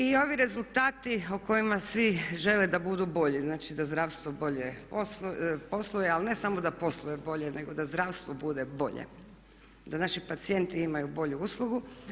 I ovi rezultati o kojima svi žele da budu bolji, znači da zdravstvo bolje posluje ali ne samo da posluje bolje nego da zdravstvo bude bolje, da naši pacijenti imaju bolju uslugu.